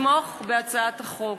לתמוך בהצעת החוק.